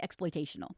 exploitational